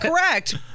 correct